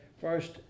First